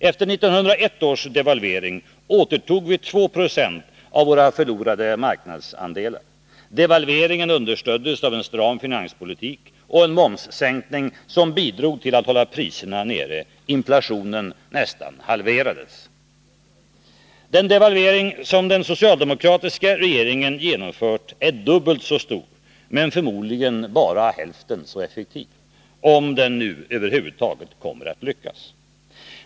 Efter 1981 års devalvering återtog vi 2 70 av våra förlorade marknadsandelar. Devalveringen understöddes av en stram finanspolitik och en momssänkning, som bidrog till att hålla priserna nere. Inflationen nästan halverades. Den devalvering som den socialdemokratiska regeringen genomfört är dubbelt så stor, men förmodligen bara hälften så effektiv, om den nu över huvud taget kommer att lyckas.